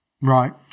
Right